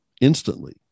instantly